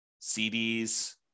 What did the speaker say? CDs